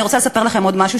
אני רוצה לספר לכם עוד משהו,